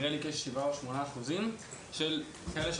יש שבעה או שמונה אחוזים מבני הנוער,